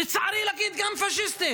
ולצערי אפשר להגיד: גם פשיסטית.